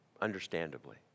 understandably